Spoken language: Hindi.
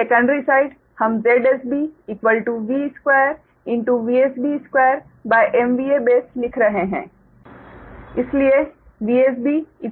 इसलिए सेकंडरी साइड हम ZsB V2VsB2 base लिख रहे हैं इसलिए 044KV20025